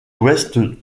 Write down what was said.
ouest